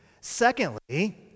Secondly